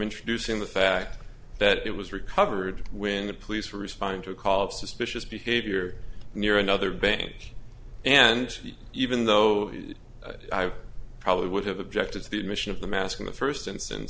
introducing the fact that it was recovered when the police were responding to a call of suspicious behavior near another bank and even though it probably would have objected to the admission of the mask in the first